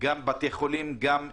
בתי-חולים וגם מלוניות.